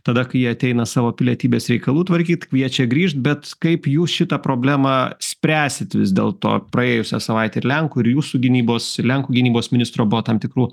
tada kai jie ateina savo pilietybės reikalų tvarkyt kviečia grįšt bet kaip jūs šitą problemą spręsit vis dėlto praėjusią savaitę ir lenkų ir jūsų gynybos ir lenkų gynybos ministro buvo tam tikrų